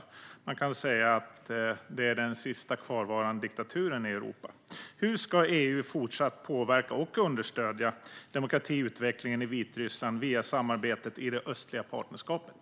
Man kan säga att det är den sista kvarvarande diktaturen i Europa. Hur ska EU fortsatt påverka och understödja demokratiutvecklingen i Vitryssland via samarbetet i det östliga partnerskapet?